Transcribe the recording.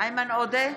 איימן עודה,